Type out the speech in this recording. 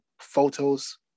photos